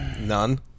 None